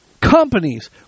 companies